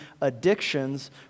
addictions